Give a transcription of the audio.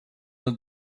het